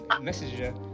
messenger